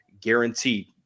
guaranteed